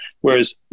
Whereas